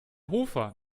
hofer